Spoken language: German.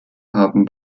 haben